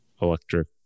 electric